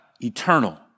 eternal